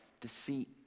deceit